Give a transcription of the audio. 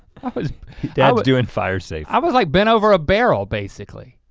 was dad's doing fire safe. i was like bent over a barrel basically.